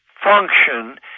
function